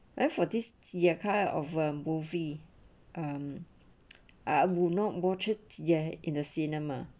i for this year kind of a movie um I will not watch yet in the cinema